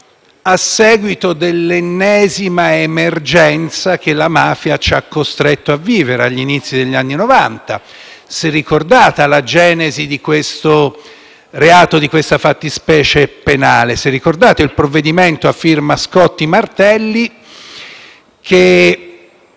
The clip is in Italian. a seguito dell'ennesima emergenza che la mafia ci ha costretto a vivere agli inizi degli anni Novanta. Si è ricordata la genesi di questo reato, di questa fattispecie penale; si è ricordato il provvedimento a firma Scotti-Martelli, che